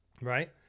Right